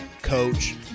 Coach